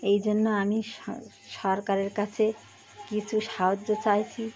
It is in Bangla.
এই জন্য আমি সরকারের কাছে কিছু সাহায্য চাইছি